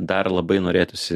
dar labai norėtųsi